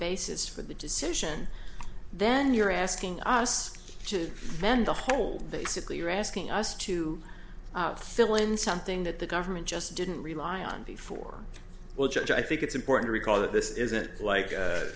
basis for the decision then you're asking us to then the whole basically you're asking us to fill in something that the government just didn't rely on before well judge i think it's important to recall that this isn't like a